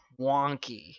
wonky